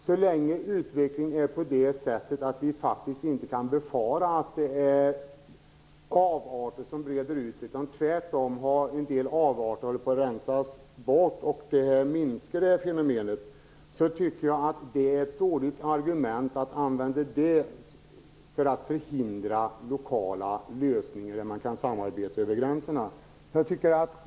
Så länge utvecklingen är sådan att vi inte kan befara att avarter breder ut sig, utan det tvärtom är så att en del avarter rensas bort och fenomenet minskar, är det ett dåligt argument för att förhindra lokala lösningar där man kan samarbeta över gränserna.